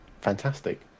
fantastic